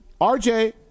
RJ